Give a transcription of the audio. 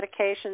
medications